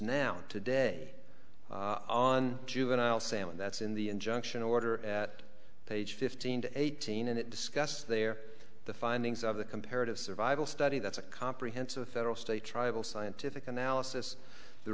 now today on juvenile salmon that's in the injunction order at page fifteen to eighteen and it discuss there the findings of the comparative survival study that's a comprehensive federal state tribal scientific analysis the